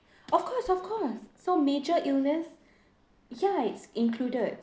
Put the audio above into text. of course of course so major illness ya it's included